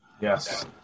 Yes